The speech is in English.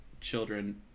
children